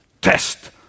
test